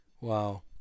Wow